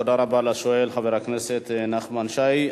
תודה רבה לשואל, חבר הכנסת נחמן שי.